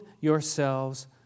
yourselves